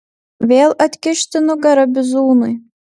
vėl atkišti nugarą bizūnui